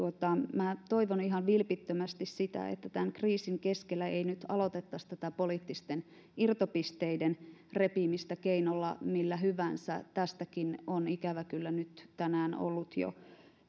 minä toivon ihan vilpittömästi sitä että tämän kriisin keskellä ei nyt aloitettaisi tätä poliittisten irtopisteiden repimistä keinolla millä hyvänsä tästäkin on ikävä kyllä nyt tänään ollut jo